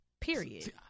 Period